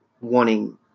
wanting